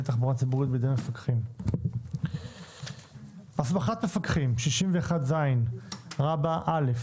תחבורה ציבורית בידי מפקחים "פרק שישי: אכיפת